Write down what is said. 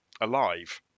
alive